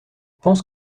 pense